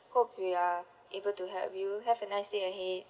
hope we are able to help you have a nice day ahead